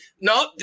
no